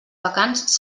vacants